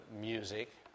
music